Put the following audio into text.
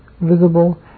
visible